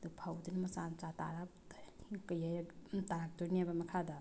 ꯑꯗꯨ ꯐꯧꯗꯨꯅ ꯃꯆꯥ ꯃꯆꯥ ꯇꯥꯔꯒ ꯇꯥꯔꯛꯇꯣꯏꯅꯦꯕ ꯃꯈꯥꯗ